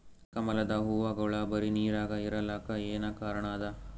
ಕಮಲದ ಹೂವಾಗೋಳ ಬರೀ ನೀರಾಗ ಇರಲಾಕ ಏನ ಕಾರಣ ಅದಾ?